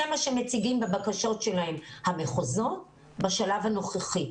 זה מה שהמחוזות מציגים בבקשות שלהם בשלב הנוכחי.